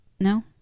No